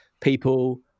people